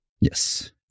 Yes